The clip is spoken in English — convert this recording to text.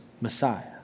Messiah